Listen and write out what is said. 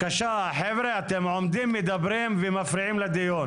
חבר'ה, אתם עומדים, מדברים ומפריעים לדיון.